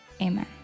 amen